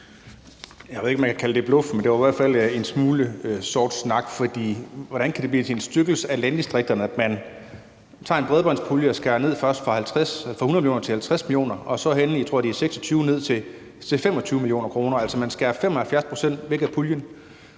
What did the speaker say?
Jeg ved ikke, om man kan kalde det bluff, men det var i hvert fald en smule sort snak, for hvordan kan det blive til en styrkelse af landdistrikterne, at man tager en bredbåndspulje og skærer ned først fra 100 mio. kr. til 50 mio. kr. og så endelig, jeg tror, det er i 2026, ned til 25 mio. kr.? Man skærer altså 75 pct. af puljen